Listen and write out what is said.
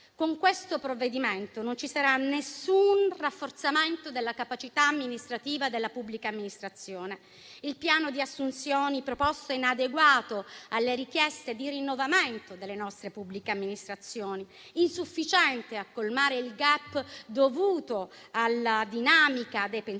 con questo provvedimento non ci sarà alcun rafforzamento della capacità amministrativa della pubblica amministrazione. Il piano di assunzioni proposto è inadeguato alle richieste di rinnovamento delle nostre pubbliche amministrazioni e insufficiente a colmare il *gap* dovuto alla dinamica dei pensionamenti.